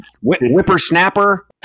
whippersnapper